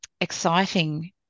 exciting